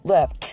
Left